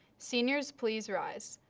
seniors, please rise.